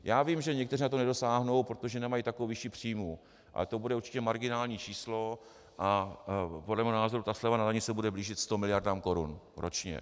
Já vím, že někteří na to nedosáhnou, protože nemají takovou výši příjmů, ale to bude určitě marginální číslo a podle mého názoru ta sleva na dani se bude blížit sto miliardám korun ročně.